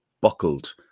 buckled